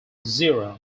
zero